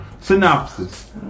synopsis